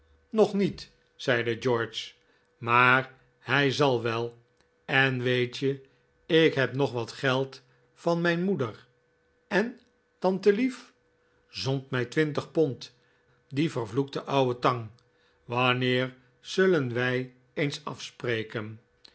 nog niet zeide george maar hij zal wel en weet je ik heb nog wat geld van mijn moeder en tantelief zond mij twintig pond die vervloekte ouwe tang wanneer zullen wij eens afspreken